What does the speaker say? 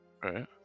Right